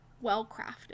well-crafted